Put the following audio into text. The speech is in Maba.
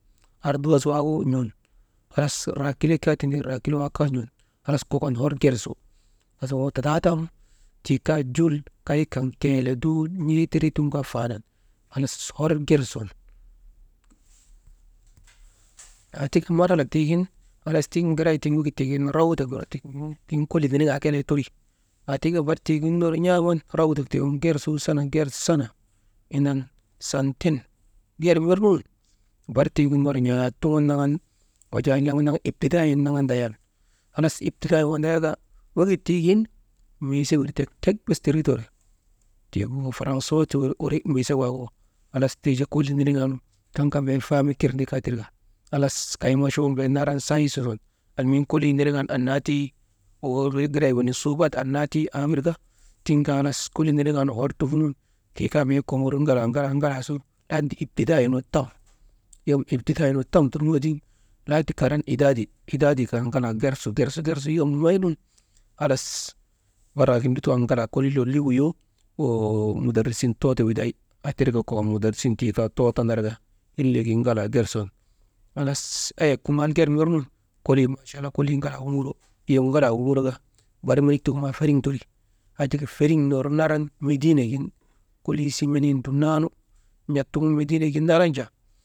Arduwas waagu n̰un, halas raakile kaa tindi, raakile waa kaa n̰un, halas kokon hor ger su, halas wey tataa taanu, tii kaa jul kay kan keele dool tindrii tiŋgu kaa faanan, halas hor ger sun aa tika marhalak tiigin, halas tiŋ giray tiŋ wegit tiŋ rawdak wir tiŋ kolii niniŋaa kelee teri, hatika barik tiigin ner n̰aaman «hesitation» sana indan, Santen ger wir nun barik tiigin ner n̰aat tuŋ naŋan jaa naŋ yaŋ iptidaayin naŋan, halas iptidaayii wandayaka, wegit tiigin meese wir tek bes tindrii teri, tiigu faransawa ti wir mesek wak, tii jaa bee kolii niniŋaanu kaŋ kaa bee fahan kirndi kaatir ka, halas kay machun bee naran saysa sun mii kolii niniŋan annaa ti woo giray wenin suubat annaa tii, aa wir ka tiŋ ka halas kolii niniŋan hor trufunun tii kaa bee komori ŋalaa, ŋalaa su iptidayii nu tam, yom iptidaayii nu tam turŋoo tiŋ lahadi karan idaadi, idaadi kaa karan yom gersu gersu mamaynun halas barik waagin lutoonu koliinu ŋalaa loliii wuyo woo mudarisin too ti widay aa tir ka kokon mudarisin tii kaa too tanaraka, hillegin ŋalaa ger sun halas eyek kuŋaal ger wir nun kolii machallah kolii ŋalaa wuŋuro yiyan ŋalaa wuŋuruka barik menik tiigu maa feriŋ teri aa tika feriŋ ner naran mediinek gin koliisii menii nu dumnanu n̰at tuŋun mediinek gin naran jaa.